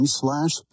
slash